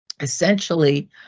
essentially